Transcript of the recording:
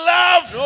love